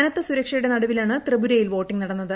കനത്ത സുരക്ഷയുടെ നടുവിലാണ് ത്രിപുരയിൽ വോട്ടിംഗ് നടന്നത്